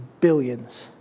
billions